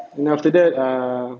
then after that err